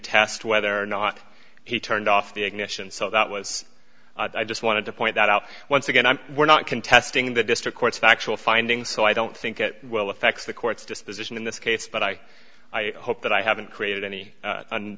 contest whether or not he turned off the ignition so that was i just wanted to point that out once again i'm we're not contesting the district court's factual findings so i don't think it will affect the court's disposition in this case but i hope that i haven't created any u